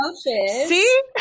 See